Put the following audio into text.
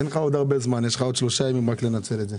אין לך עוד הרבה זמן לבידוד אלא עוד שלושה ימים לנצל את זה.